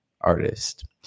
artist